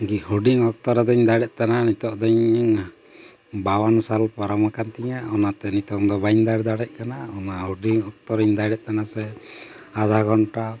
ᱦᱩᱰᱤᱧ ᱚᱠᱛᱚ ᱨᱮᱫᱚᱧ ᱫᱟᱹᱲᱮᱫ ᱛᱟᱦᱮᱱᱟ ᱱᱤᱛᱳᱜ ᱫᱚᱧ ᱦᱩᱭᱮᱱᱟ ᱵᱟᱣᱟᱱᱱᱚ ᱥᱟᱞ ᱯᱟᱨᱚᱢᱟᱠᱟᱱ ᱛᱤᱧᱟᱹ ᱚᱱᱟᱛᱮ ᱱᱤᱛᱳᱜ ᱫᱚ ᱵᱟᱹᱧ ᱫᱟᱹᱲ ᱫᱟᱲᱮᱭᱟᱜ ᱠᱟᱱᱟ ᱚᱱᱟ ᱦᱩᱰᱤᱧ ᱚᱠᱛᱚ ᱨᱮ ᱤᱧ ᱫᱟᱹᱲᱮᱫ ᱛᱟᱦᱮᱱᱟ ᱥᱮ ᱟᱫᱷᱟ ᱜᱷᱚᱱᱴᱟ